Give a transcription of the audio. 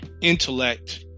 intellect